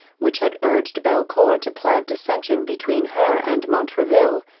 which had urged belcour to plant dissension between her and montraville,